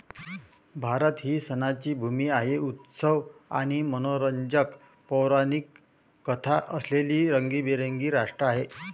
भारत ही सणांची भूमी आहे, उत्सव आणि मनोरंजक पौराणिक कथा असलेले रंगीबेरंगी राष्ट्र आहे